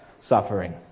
suffering